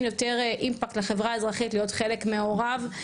יותר אימפקט לחברה האזרחית להיות חלק מעורב.